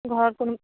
ঘৰত কোনো